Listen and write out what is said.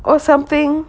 or something